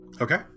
Okay